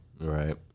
Right